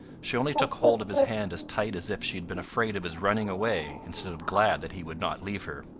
she only took hold of his hand as tight as if she had been afraid of his running away instead of glad that he would not leave her.